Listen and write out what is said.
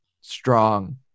strong